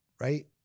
right